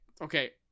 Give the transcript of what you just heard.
Okay